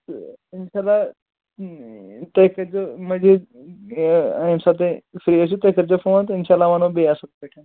تہٕ اِنشاء اللہ تُہۍ کٔرزیٚو مٔزیٖد ییٚمہِ ساتہٕ تُہۍ فری ٲسِو تُہۍ کٔرزیٚو فون تہٕ اِنشاء اللہ وَنہو بیٚیہِ اَصٕل پٲٹھۍ